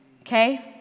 okay